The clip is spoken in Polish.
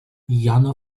jano